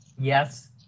Yes